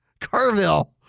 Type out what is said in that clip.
Carville